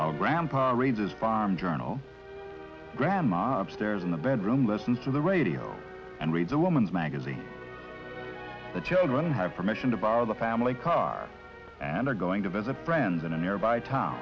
while grandpa raises farm journal grandma upstairs in the bedroom listens to the radio and reads a woman's magazine the children have permission to borrow the family car and are going to visit brenden a nearby town